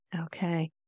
Okay